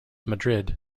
madrid